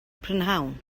prynhawn